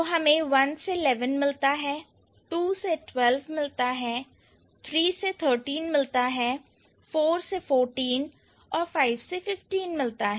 तो हमें one से eleven मिलता है two से twelve मिलता है three से thirteen मिलता है four से fourteen और five से fifteen मिलता है